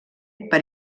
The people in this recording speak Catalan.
per